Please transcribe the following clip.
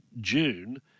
June